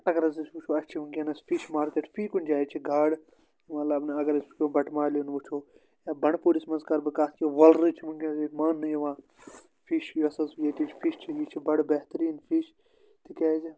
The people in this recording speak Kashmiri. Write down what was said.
اگر حظ أسۍ وٕچھو اَسہِ چھِ وٕنکیٚنَس فِش مارکیٹ فی کُنہِ جایہِ چھِ گاڈٕ یِوان لَبنہٕ اگر أسۍ وٕچھو بَٹہٕ مالیُن وٕچھو یا بنٛڈپوٗرِس منٛز کَرٕ بہٕ کَتھ کہِ وۄلرٕے چھِ وٕنکیٚنَس ییٚتہِ ماننہٕ یِوان فِش یۄس حظ ییٚتِچ فِش چھِ یہِ چھِ بَڑٕ بہتریٖن فِش تِکیازِ